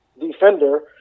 defender